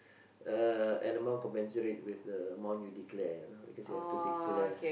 uh and amount compensation rate with the amount you declare know because you have to declare